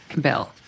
Bill